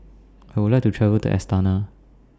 I Would like to travel to Astana